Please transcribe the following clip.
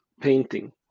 painting